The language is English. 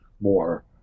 more